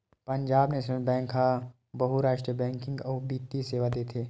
Punjab national bank ह बहुरास्टीय banking अउ बित्तीय सेवा देथे